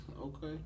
Okay